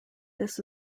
this